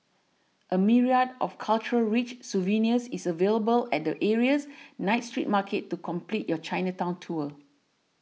a myriad of cultural rich souvenirs is available at the area's night street market to complete your Chinatown tour